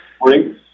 Morning